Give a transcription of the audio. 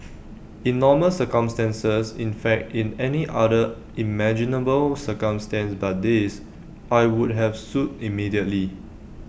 in normal circumstances in fact in any other imaginable circumstance but this I would have sued immediately